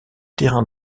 terrain